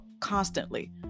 constantly